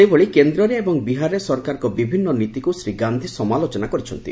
ସେହିଭଳି କେନ୍ଦ୍ରରେ ଏବଂ ବିହାରରେ ସରକାରଙ୍କ ବିଭିନ୍ନ ନୀତିକୁ ଶ୍ରୀ ଗାନ୍ଧୀ ସମାଲୋଚନା କରିଛନ୍ତି